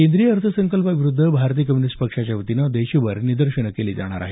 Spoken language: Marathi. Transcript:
केंद्रीय अर्थसंकल्पाविरुद्ध भारतीय कम्यूनिस्ट पक्षाच्यावतीनं देशभर निदर्शनं केली जाणार आहेत